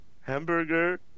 Hamburger